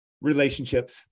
Relationships